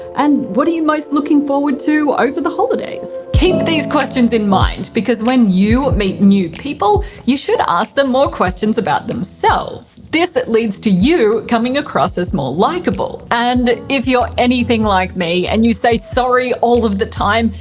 and what are you most looking forward to over the holidays? keep these questions in mind because when you meet new people you should ask them more questions about themselves this it leads to you coming across as more likeable. and if you're anything like me and you say sorry all of the time,